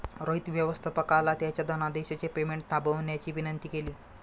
रोहित व्यवस्थापकाला त्याच्या धनादेशचे पेमेंट थांबवण्याची विनंती केली